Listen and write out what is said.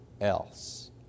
else